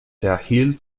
erhielt